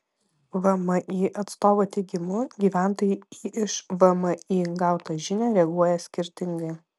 vmi atstovo teigimu gyventojai į iš vmi gautą žinią reaguoja skirtingai